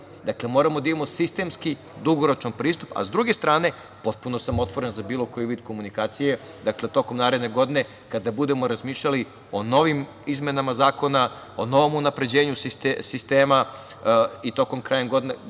Dakle, moramo da imamo sistemski dugoročan pristup.S druge strane, potpuno sam otvoren za bilo koji vid komunikacije tokom naredne godine kada budemo razmišljali o novim izmenama zakona, o novom unapređenju sistema i krajem godine